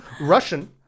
Russian